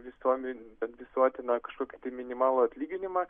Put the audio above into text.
visuomen visuotiną kažkokį tai minimalų atlyginimą